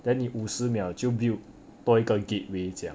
then 你五十秒就 build 多一个 gateway 将